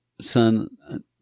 son